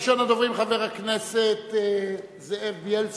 ראשון הדוברים הוא חבר הכנסת זאב בילסקי.